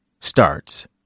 starts